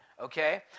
okay